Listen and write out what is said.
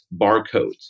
barcodes